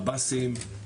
מב"סים,